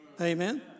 Amen